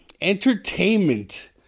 Entertainment